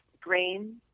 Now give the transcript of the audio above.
grain